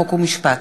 חוק ומשפט,